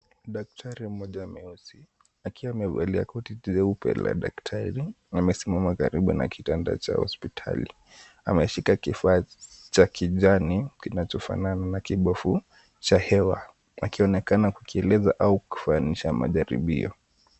Daktari mmoja amewasili akiwa amevalia koti jeupe la daktari, amesimama karibu na kitanda cha hospitali, ameshika kifaa cha kijani kinachofanana na kibofu cha hewa, akionekana kukieleza au kufanyisha majaribio.